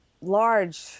large